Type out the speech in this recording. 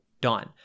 Done